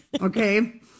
Okay